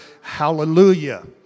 hallelujah